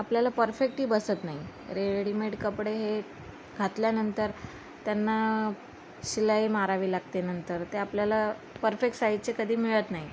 आपल्याला परफेक्टही बसत नाही रेडीमेड कपडे हे घातल्यानंतर त्यांना शिलाई मारावी लागते नंतर ते आपल्याला परफेक्ट साईजचे कधी मिळत नाही